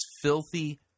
filthy